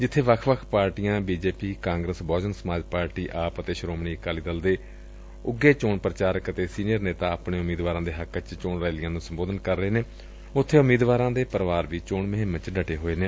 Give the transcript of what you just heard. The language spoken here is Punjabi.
ਜਿੱਥੇ ਵੱਖ ਵੱਖ ਪਾਰਟੀਆਂ ਬੀਜੇਪੀ ਕਾਂਗਰਸ ਬਹੁਜਨ ਸਮਾਜ ਪਾਰਟੀ ਆਪ ਅਤੇ ਸ੍ਰੋਮਣੀ ਅਕਾਲੀ ਦਲ ਦੇ ਉਘੇ ਚੋਣ ਪੁਚਾਰਕ ਅਤੇ ਸੀਨੀਅਰ ਨੇਤਾ ਆਪਣੇ ਉਮੀਦਵਾਰਾਂ ਦੇ ਹੱਕ ਚ ਚੋਣ ਰੈਲੀਆਂ ਨੂੰ ਸੰਬੋਧਨ ਕਰ ਰਹੇ ਨੇ ਉਬੇ ਉਮੀਦਵਾਰਾਂ ਦੇ ਪਰਿਵਾਰ ਵੀ ਚੋਣ ਮੁਹਿੰਮ ਵਿਚ ਜੁਟ ਗਏ ਨੇ